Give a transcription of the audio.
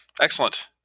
Excellent